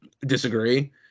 disagree